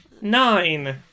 Nine